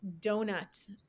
donut